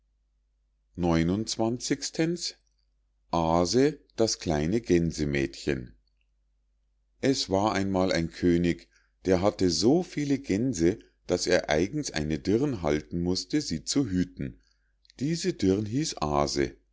aase das kleine gänsemädchen es war einmal ein könig der hatte so viele gänse daß er eigens eine dirn halten mußte sie zu hüten diese dirn hieß aase